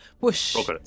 Whoosh